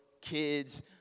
kids